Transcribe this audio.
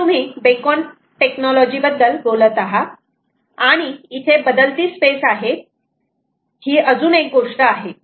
इथे तुम्ही beacon technology बद्दल बोलत आहात आणि इथे बदलती स्पेस आहे ही अजून एक गोष्ट आहे